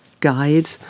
Guide